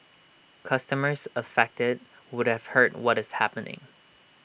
customers affected would have heard what is happening